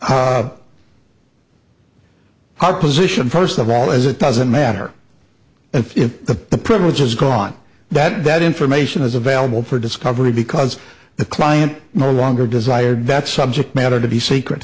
position first of all as it doesn't matter if the privilege has gone that that information is available for discovery because the client no longer desired that subject matter to be secret